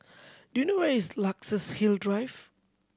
do you know where is Luxus Hill Drive